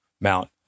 mount